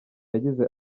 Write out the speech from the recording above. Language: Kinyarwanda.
yagize